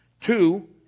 two